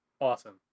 awesome